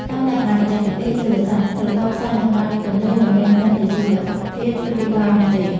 តាមលក្ខណៈបច្ចេកទេសជលសាស្ត្រ ស្រទាប់ខ្សាច់នៅបាតទន្លេមិនមែនគ្រាន់តែជាវត្ថុធាតុរាយប៉ាយនោះទេ។